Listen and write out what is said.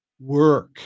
work